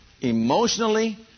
emotionally